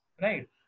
Right